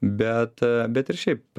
bet bet ir šiaip